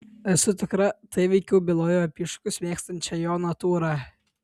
esu tikra tai veikiau bylojo apie iššūkius mėgstančią jo natūrą